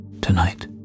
tonight